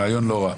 רעיון לא רע.